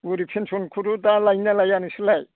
बुरि फेन्सखौथ' दा लायो ना लाया नोंसोरलाय